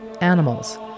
animals